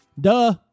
Duh